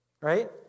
right